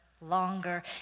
longer